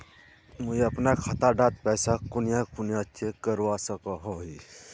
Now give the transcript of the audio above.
मुई अपना खाता डात पैसा कुनियाँ कुनियाँ चेक करवा सकोहो ही?